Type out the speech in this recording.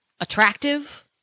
attractive